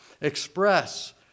express